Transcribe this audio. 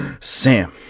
sam